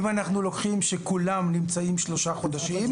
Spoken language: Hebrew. אם אנחנו לוקחים שכולם נמצאים שלושה חודשים,